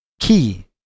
key